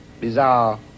bizarre